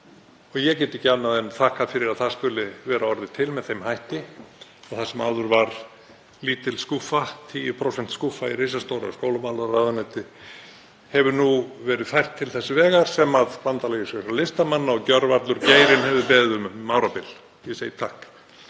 Ég get ekki annað en þakkað fyrir að það skuli vera orðið til með þeim hætti að það sem áður var lítil skúffa, 10% skúffa, í risastóru skólamálaráðuneyti hefur nú verið fært til þess vegar sem Bandalag íslenskra listamanna og gjörvallur geirinn hefur beðið um um árabil. Ég segi takk.